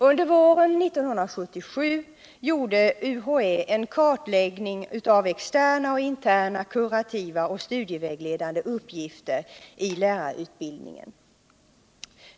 Under våren 1977 genomförde UTA en kartläggning av externa och interna kurativa och studievägledande uppgifter i lärarutbildningen.